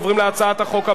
נתקבלה.